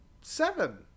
seven